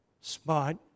spot